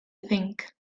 think